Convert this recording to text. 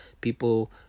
people